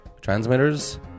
Transmitters